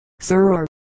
sir